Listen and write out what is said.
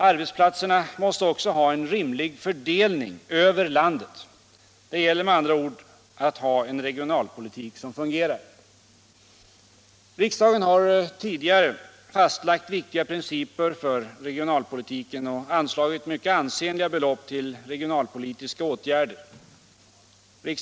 Arbetsplatserna måste också ha en rimlig fördelning över landet. Det gäller med andra ord att ha en regionalpolitik som fungerar. Riksdagen har tidigare fastlagt viktiga principer för regionalpolitiken och anslagit mycket ansenliga belopp till regionalpolitiska åtgärder.